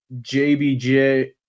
JBJ